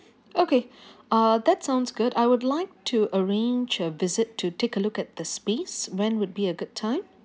okay uh that sounds good I would like to arrange a visit to take a look at the space when would be a good time